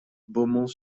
beaumont